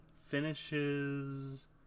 finishes